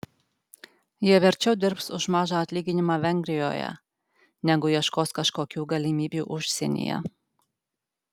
jie verčiau dirbs už mažą atlyginimą vengrijoje negu ieškos kažkokių galimybių užsienyje